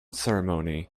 ceremony